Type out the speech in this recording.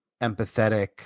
empathetic